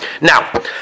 Now